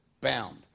Bound